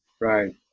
Right